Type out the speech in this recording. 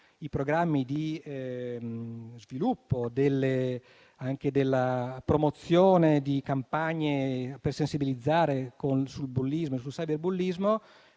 i programmi di sviluppo della promozione di campagne di sensibilizzazione sul bullismo e sul cyberbullismo.